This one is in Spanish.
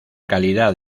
calidad